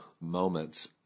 moments